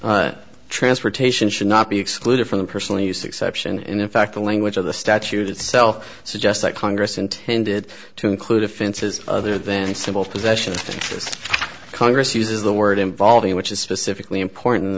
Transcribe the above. and transportation should not be excluded from the personally use exception in fact the language of the statute itself suggest that congress intended to include offenses other than simple possession of congress uses the word involving which is specifically important